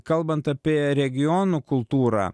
kalbant apie regionų kultūrą